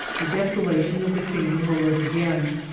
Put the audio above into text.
the desolation of the kingdom will live again,